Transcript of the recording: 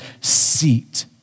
seat